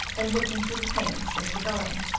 and looking through the panes into the garden.